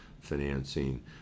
financing